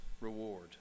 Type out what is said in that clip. reward